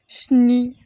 स्नि